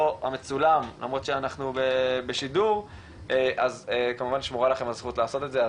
המצולם למרות שאנחנו בשידור אז כמובן שמורה לכם הזכות לעשות את זה,